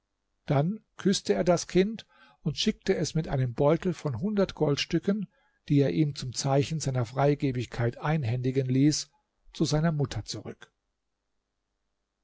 dann küßte er das kind und schickte es mit einem beutel von hundert goldstücken die er ihm zum zeichen seiner freigebigkeit einhändigen ließ zu seiner mutter zurück